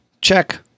check